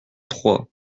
trois